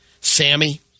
Sammy